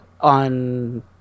on